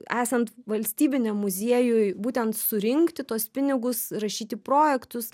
esant valstybiniam muziejui būtent surinkti tuos pinigus rašyti projektus